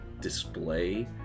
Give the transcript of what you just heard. display